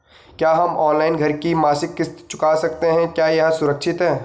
क्या हम ऑनलाइन घर की मासिक किश्त चुका सकते हैं क्या यह सुरक्षित है?